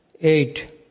eight